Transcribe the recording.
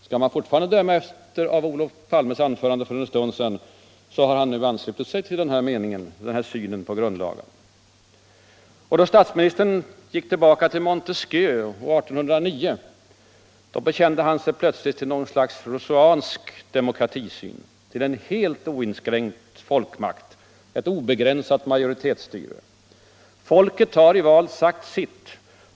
Skall man fortfarande döma av Olof Palmes uttalande för en stund sedan, har han nu anslutit sig till den här synen på grundlagen. Då statsministern gick tillbaka till Montesquieu 1809 bekände han sig plötsligt till något slags rousseauansk demokratisyn — till en helt oinskränkt folkmakt, ett obegränsat majoritetsstyre. Folket har i val sagt sitt.